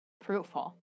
fruitful